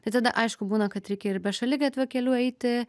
tai tada aišku būna kad reikia ir be šaligatvių keliu eiti